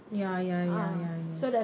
ya ya ya ya yes